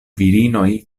virinoj